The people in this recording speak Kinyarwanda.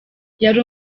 yari